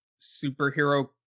superhero